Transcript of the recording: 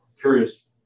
curious